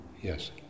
yes